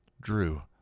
Drew